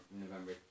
November